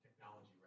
technology